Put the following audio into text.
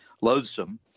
loathsome